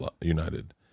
United